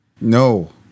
No